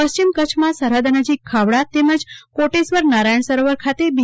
પશ્ચિમ કચ્છમાં સરહદ નજીક ખાવડા ખાતે કોટેશ્વર નારાયણ સરોવર ખાતે બી